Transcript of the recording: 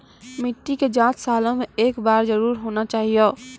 मिट्टी के जाँच सालों मे एक बार जरूर होना चाहियो?